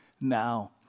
now